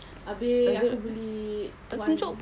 abeh aku beli one